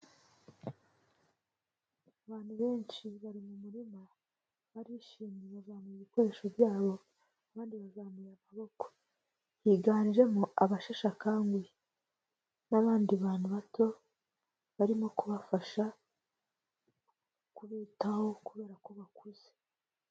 Abantu benshi bari mu murima barishimye, bazamuye ibikoresho byabo, abandi bazamuye akaboko, higanjemo abasheshakanguye n'abandi bantu bato barimo kubafasha kubitaho kubera ko bakuze.